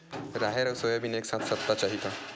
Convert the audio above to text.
राहेर अउ सोयाबीन एक साथ सप्ता चाही का?